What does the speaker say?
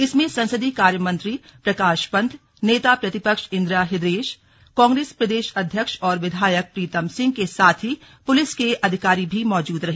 इसमें संसदीय कार्यमंत्री प्रकाश पंत नेता प्रतिपक्ष इंदिरा हृदयेश कांग्रेस प्रदेश अध्यक्ष व विधायक प्रीतम सिंह के साथ ही पुलिस के अधिकारी भी मौजूद रहे